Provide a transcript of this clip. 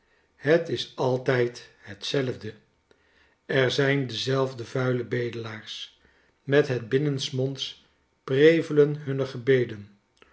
het is altijd hetzelfde er zijn dezelfde vuile bedelaars met het binnensmonds prevelen hunner gebeden